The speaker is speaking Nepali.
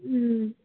उम्